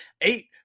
eight